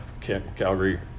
Calgary